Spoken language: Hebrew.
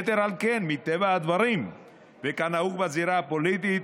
יתר על כן, מטבע הדברים וכנהוג בזירה הפוליטית,